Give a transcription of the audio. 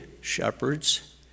shepherds